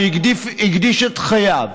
שהקדיש את חייו,